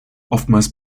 oftmals